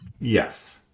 Yes